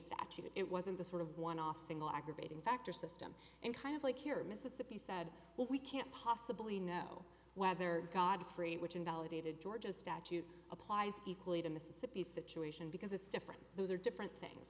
statute it wasn't the sort of one off single aggravating factor system and kind of like here mississippi said we can't possibly know whether godfrey which invalidated georgia statute applies equally to mississippi situation because it's different those are different things